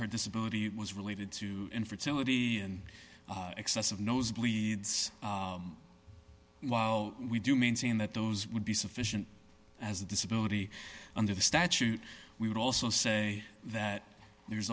her disability was related to infertility and excessive nosebleeds while we do maintain that those would be sufficient as a disability under the statute we would also say that there's